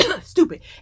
Stupid